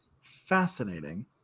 Fascinating